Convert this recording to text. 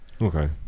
Okay